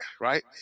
right